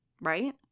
Right